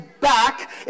back